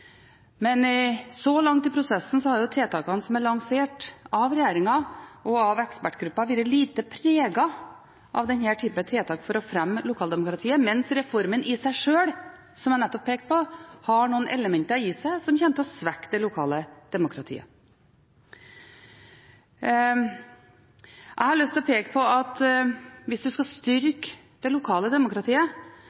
Så langt i prosessen har tiltakene som er lansert av regjeringen og av ekspertgruppa, vært lite preget av denne type tiltak for å fremme lokaldemokratiet, mens reformen i seg sjøl – som jeg nettopp pekte på – har noen elementer i seg som kommer til å svekke det lokale demokratiet. Jeg har lyst til å peke på at hvis en skal styrke det lokale demokratiet,